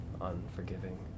unforgiving